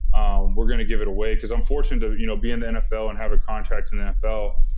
um we're going to give it away. because i'm fortunate to you know be in the nfl and have a contract in the nfl.